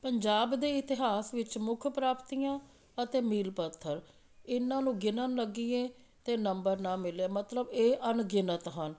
ਪੰਜਾਬ ਦੇ ਇਤਿਹਾਸ ਵਿੱਚ ਮੁੱਖ ਪ੍ਰਾਪਤੀਆਂ ਅਤੇ ਮੀਲ ਪੱਥਰ ਇਨ੍ਹਾਂ ਨੂੰ ਗਿਣਨ ਲੱਗੀਏ ਤਾਂ ਨੰਬਰ ਨਾ ਮਿਲੇ ਮਤਲਬ ਇਹ ਅਣਗਿਣਤ ਹਨ